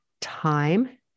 time